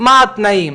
מה התנאים.